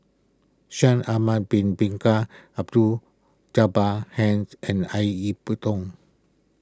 Shaikh Ahmad Bin Bin Jabbar Henn and Ip Yiu Tung